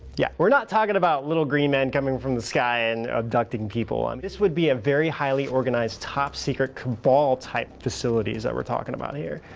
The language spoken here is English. yeah are not talking about little green men coming from the sky and abducting people. um this would be a very highly organized top secret cabal type facilities that we are talking about here.